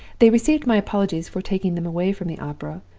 they received my apologies for taking them away from the opera,